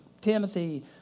Timothy